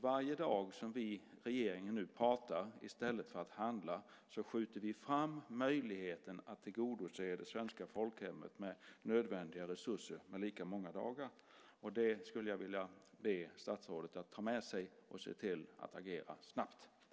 Varje dag som regeringen pratar i stället för att handla skjuts möjligheten fram att tillgodose det svenska folkhemmet med nödvändiga resurser med lika många dagar. Det vill jag be statsrådet att ta med sig och se till att agera snabbt.